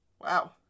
Wow